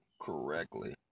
correctly